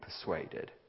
persuaded